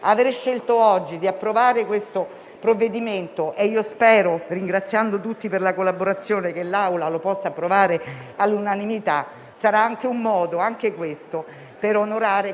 Le politiche che metteremo in campo a partire da questo provvedimento si dovranno rivolgere certamente alla prevenzione, alla protezione, al perseguimento dei reati ma, ancora e sempre di più,